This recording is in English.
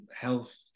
health